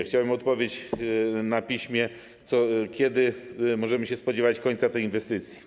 Chciałbym dostać odpowiedź na piśmie, kiedy możemy się spodziewać końca tej inwestycji.